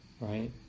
right